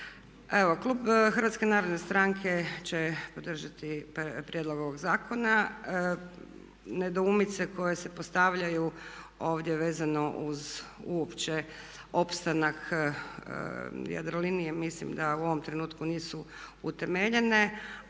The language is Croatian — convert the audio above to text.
narodne stranke će podržati prijedlog ovog zakona. Nedoumice koje se postavljaju ovdje vezano uz uopće opstanak Jadrolinije mislim da u ovom trenutku nisu utemeljene,